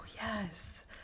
yes